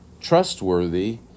trustworthy